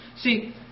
See